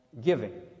giving